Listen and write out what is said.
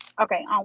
Okay